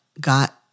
got